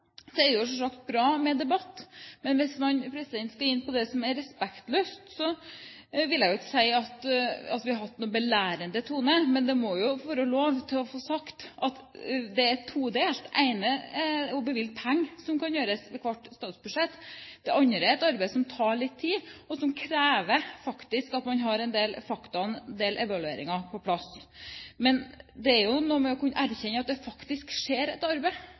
er det selvsagt bra med debatt. Hvis man skal gå inn på det som er «respektløst», vil jeg ikke si at vi har hatt noen belærende tone. Men det må jo være lov til å si at dette er todelt. Det ene er å bevilge penger, som kan gjøres over hvert statsbudsjett. Det andre er et arbeid som tar litt tid, og som faktisk krever at man har en del fakta og en del evalueringer på plass. Men det er jo noe med å kunne erkjenne at det faktisk skjer et arbeid,